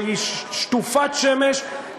שהיא שטופת שמש,